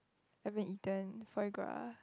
haven't eaten foie gras